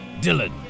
Dylan